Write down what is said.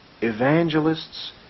evangelists